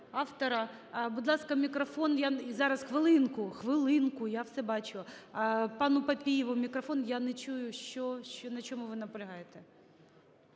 автора. Будь ласка, мікрофон… Зараз, хвилинку, хвилинку, я все бачу. Пану Папієву мікрофон. Я не чую, на чому ви наполягаєте.